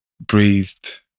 breathed